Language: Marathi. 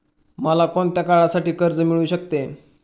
मला कोणत्या काळासाठी कर्ज मिळू शकते?